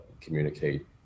communicate